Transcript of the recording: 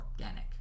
organic